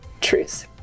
truce